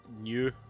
new